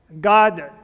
God